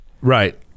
Right